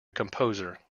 composer